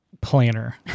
planner